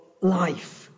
life